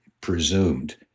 presumed